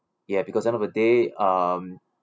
ya because end of the day um